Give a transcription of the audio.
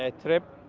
ah trip,